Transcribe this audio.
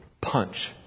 punch